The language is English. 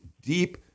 deep